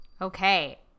Okay